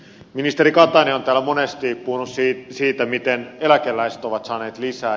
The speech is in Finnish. ministeri katainen on täällä monesti puhunut siitä miten eläkeläiset ovat saaneet lisää